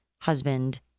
husband